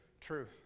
truth